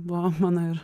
buvo mano ir